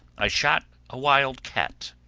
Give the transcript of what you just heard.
i shot a wild cat,